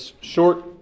short